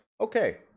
Okay